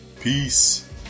peace